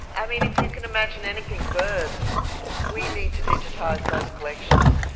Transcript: i mean if you can imagine anything birds we need to digitise those collections.